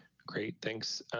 great, thanks.